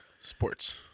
Sports